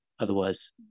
Otherwise